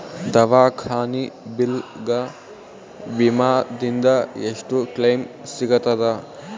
ದವಾಖಾನಿ ಬಿಲ್ ಗ ವಿಮಾ ದಿಂದ ಎಷ್ಟು ಕ್ಲೈಮ್ ಸಿಗತದ?